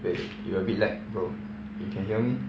wait you a bit lag bro you can hear me